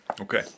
Okay